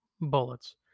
bullets